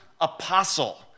apostle